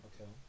Okay